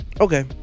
Okay